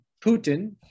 Putin